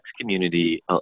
community